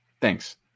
Thanks